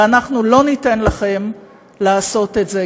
ואנחנו לא ניתן לכם לעשות את זה.